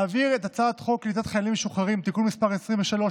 להעביר את הצעת חוק קליטת חיילים משוחררים (תיקון מס' 23,